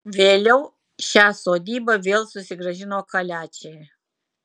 vėliau šią sodybą vėl susigrąžino kaliačiai